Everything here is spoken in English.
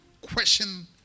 question